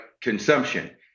consumption